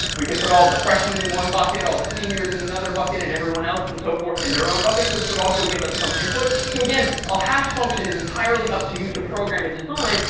we could put all of the freshmen in one bucket, all the seniors in another bucket, and everyone else, and so forth, in their own buckets, which would also give us some input. so again, a hash function is entirely up to you to program and design.